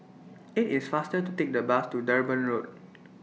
IT IS faster to Take The Bus to Durban Road